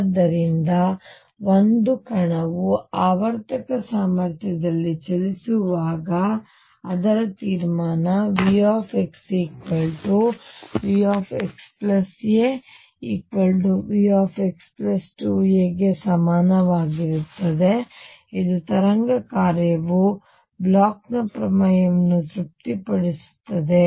ಆದ್ದರಿಂದ ಒಂದು ಕಣವು ಆವರ್ತಕ ಸಾಮರ್ಥ್ಯದಲ್ಲಿ ಚಲಿಸುವಾಗ ತೀರ್ಮಾನ V V xa V x2a ಗೆ ಸಮಾನವಾಗಿರುತ್ತದೆ ಮತ್ತು ಹೀಗೆ ಇದು ತರಂಗ ಕಾರ್ಯವು ಬ್ಲೋಚ್ನ ಪ್ರಮೇಯವನ್ನು ತೃಪ್ತಿಪಡಿಸುತ್ತದೆ